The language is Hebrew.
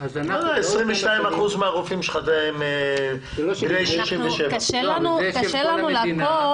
--- 22 אחוזים מהרופאים שלך הם בני 67. קשה לנו לעקוב.